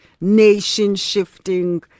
nation-shifting